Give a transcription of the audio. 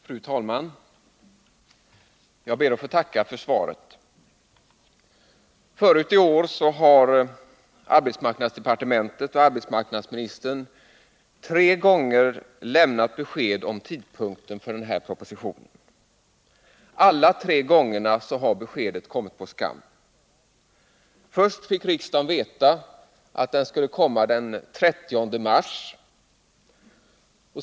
Fru talman! Jag ber att få tacka för svaret. Tidigare i år har arbetsmarknadsdepartementet och arbetsmarknadsministern tre gånger lämnat besked om tidpunkten för denna propositions avlämnande. Alla tre gångerna har beskedet kommit på skam. Först i fick riksdagen veta att propositionen skulle komma den 30 mars.